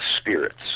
spirits